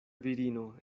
virino